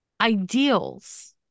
ideals